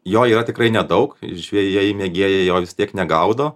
jo yra tikrai nedaug žvejai mėgėjai jo tiek negaudo